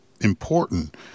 important